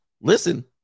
Listen